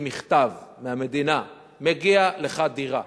עם מכתב מהמדינה: מגיעה לך דירה.